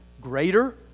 greater